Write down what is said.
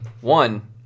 One